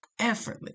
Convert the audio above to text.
effortless